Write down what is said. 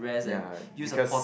ya because